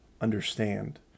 understand